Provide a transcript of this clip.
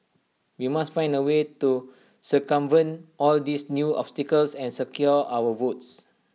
we must find A way to circumvent all these new obstacles and secure our votes